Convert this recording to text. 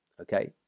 Okay